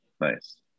Nice